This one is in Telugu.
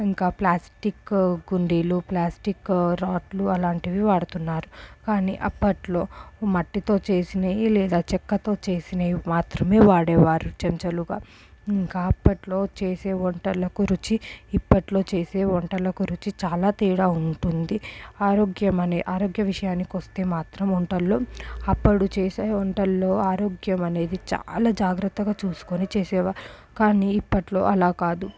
ఇంకా ప్లాస్టిక్ హుండీలు ప్లాస్టిక్ రాడ్లు అలాంటివి వాడుతున్నారు కానీ అప్పట్లో మట్టితో చేసినవి లేదా చెక్కతో చేసినవి మాత్రమే వాడేవారు చెంచాలుగా ఇంకా అప్పట్లో చేసే వంటలకు రుచి ఇప్పట్లో చేసే వంటలకు రుచి చాలా తేడా ఉంటుంది ఆరోగ్యమని ఆరోగ్య విషయానికొస్తే మాత్రం వంటల్లో అప్పుడు చేసే వంటల్లో ఆరోగ్యం అనేది చాలా జాగ్రత్తగా చూసుకొని చేసేవారు కానీ ఇప్పట్లో అలా కాదు